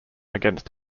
against